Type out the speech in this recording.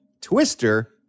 Twister